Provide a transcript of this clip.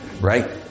right